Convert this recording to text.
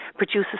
produces